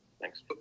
Thanks